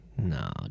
No